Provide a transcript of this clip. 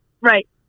Right